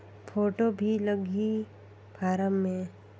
Photo भी लगी form मे?